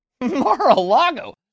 Mar-a-Lago